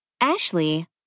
Ashley